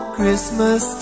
Christmas